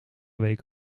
week